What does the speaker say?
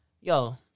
Yo